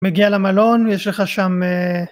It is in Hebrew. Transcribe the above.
מגיע למלון, יש לך שם...